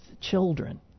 children